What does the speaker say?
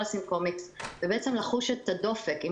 אפשר לשים קומיקס ולחוש את הדופק עם